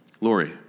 Lori